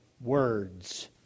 words